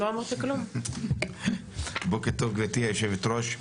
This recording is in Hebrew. בוקר טוב גברתי היו"ר,